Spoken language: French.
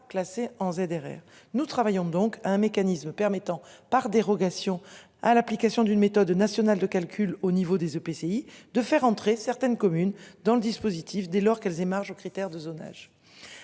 classées en ZRR. Nous travaillons donc un mécanisme permettant par dérogation à l'application d'une méthode national de calcul au niveau des EPCI de faire entrer certaines communes dans le dispositif dès lors qu'elles émargent aux critères de zonage.